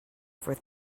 for